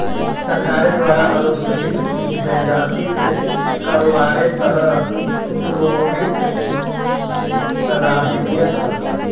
सरकारेर द्वारा अनुसूचित जनजातिक कारोबारेर त न प्रेरित सराहनीय छ